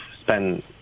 spend